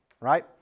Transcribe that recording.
Right